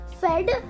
fed